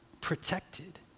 protected